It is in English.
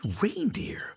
reindeer